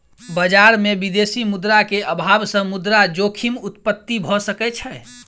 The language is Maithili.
बजार में विदेशी मुद्रा के अभाव सॅ मुद्रा जोखिम उत्पत्ति भ सकै छै